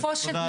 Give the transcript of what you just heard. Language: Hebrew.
תודה.